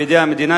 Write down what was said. בידי המדינה,